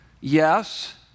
yes